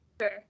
Sure